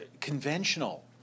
conventional